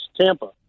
Tampa